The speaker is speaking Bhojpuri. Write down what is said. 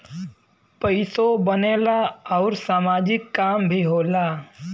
पइसो बनेला आउर सामाजिक काम भी होला